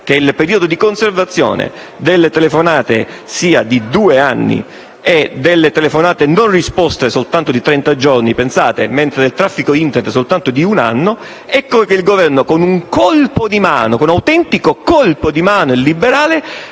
che il periodo di conservazione delle telefonate sia di due anni e quello delle telefonate non risposte soltanto di trenta giorni - pensate - mentre il traffico Internet soltanto di un anno. Ecco che il Governo, con un autentico colpo di mano illiberale,